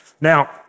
Now